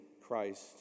Christ